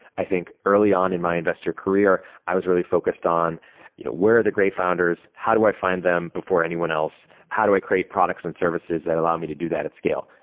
i think early on in my investor career, i was really focused on you know where are the gray founders. how do i find them before anyone else? how do i create products and services that allow me to do that at scale?